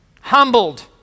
humbled